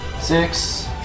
Six